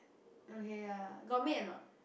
okay ya got maid or not